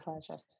pleasure